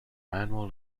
annual